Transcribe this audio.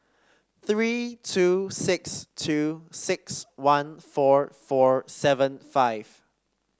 three two six two six one four four seven five